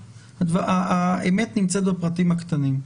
האמת נמצאת בפרטים הקטנים,